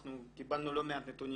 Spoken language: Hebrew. אנחנו קיבלנו לא מעט נתונים,